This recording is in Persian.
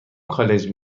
کالج